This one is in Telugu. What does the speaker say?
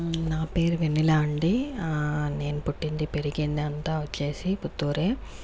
నా పేరు వెన్నెల అండి నేను పుట్టింది పెరిగింది అంతా వచ్చేసి పుత్తూరే